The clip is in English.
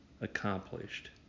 accomplished